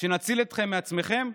שנציל אתכם מעצמכם?